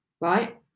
right